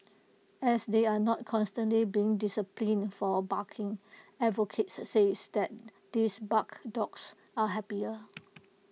as they are not constantly being disciplined for barking advocates says that this barked dogs are happier